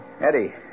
Eddie